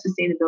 sustainability